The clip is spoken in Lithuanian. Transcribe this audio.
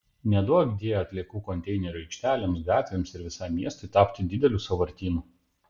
neduokdie atliekų konteinerių aikštelėms gatvėms ir visam miestui tapti dideliu sąvartynu